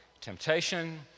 temptation